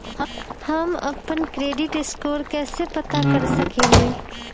हम अपन credit score कैसे पता कर सकेली?